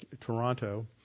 Toronto